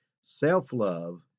self-love